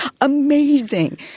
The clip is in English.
amazing